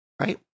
Right